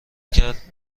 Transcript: کرد